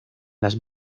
las